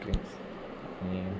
thanks